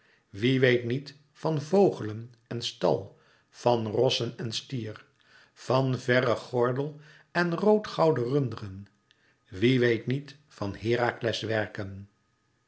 wie weet niet van vogelen en stal van rossen en stier van verren gordel en roodgouden runderen wie weet niet van herakles werken